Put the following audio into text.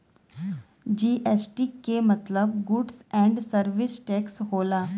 GST के मतलब goods and service tax होला